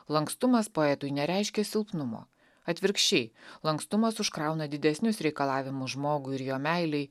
lankstumas poetui nereiškia silpnumo atvirkščiai lankstumas užkrauna didesnius reikalavimus žmogui ir jo meilei